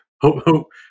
Hope